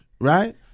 right